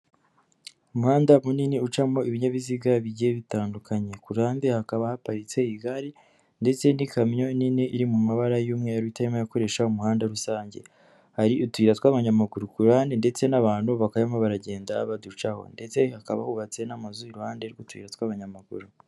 Umuhanda munini ucamo ibinyabiziga bigiye bitandukanye, ku ruhande hakaba haparitse igare ndetse n'ikamyo nini iri mu mabara y'umweru bitemewe gukoresha umuhanda rusange, hari utura tw'abanyamaguru kurani ndetse n'abantu ba bakaba barimo baragenda baducaho ndetse hakaba hubatse n'amazu, iruhande rw'utuyira tw'abanyamaguru.